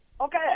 Okay